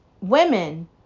Women